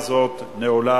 הצבעה.